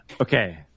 Okay